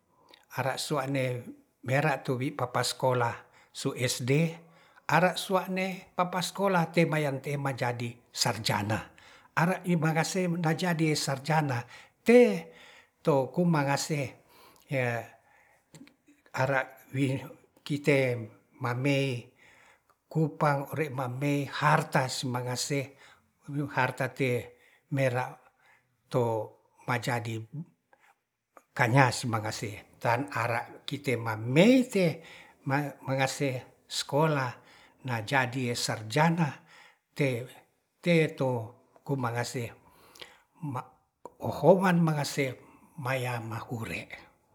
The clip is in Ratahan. Ara sua'ne mera tuni papa sekolah su sd ara sua'ne papa sekolah te mayan te majadi sarjana ara e mangase najadi sarjana te to komangase e ara wi kite mamei kupang 0re mamei harta mangase nu harta te'e mera to majadi kanyas mangase tan ara kite mamei te mangase sekolah na jadi sarjana te teto ku mangase ohoan mangase maya ma ure